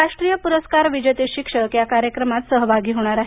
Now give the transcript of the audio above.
राष्ट्रीय पुरस्कार विजेते शिक्षक या कार्यक्रमांत सहभागी होणार आहे